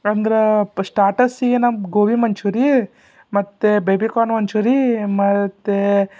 ಅಂದ್ರೆ ಸ್ಟಾರ್ಟರ್ಸಿಗೆ ನಮಗೆ ಗೋಭಿ ಮಂಚೂರಿ ಮತ್ತು ಬೇಬಿಕಾರ್ನ್ ಮಂಚೂರಿ ಮತ್ತು